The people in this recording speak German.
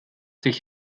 sich